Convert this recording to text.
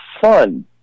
fun